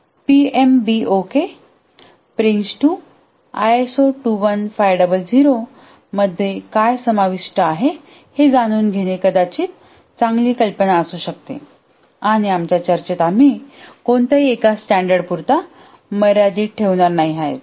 PMBOK PRINCE2 ISO 21500 मध्ये काय समाविष्ट आहे हे जाणून घेणे कदाचित चांगली कल्पना असू शकते आणि आमच्या चर्चेत आम्ही कोणत्याही एका स्टॅंडर्डपुरता मर्यादित ठेवणार नाही आहेत